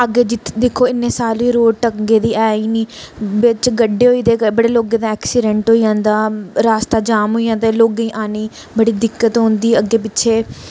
अग्गें जित्थे दिक्खो इन्नी साली रोड ढंगै दी ऐ ही नि बिच्च गड्डे होई दे बड़े सारे लोकें दे ऐक्सीडेंट होई जंदा रास्ता जाम होई जंदा लोगें ई आने ई बड़ी दिक्कत होंदी अग्गें पिच्छे